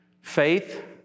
Faith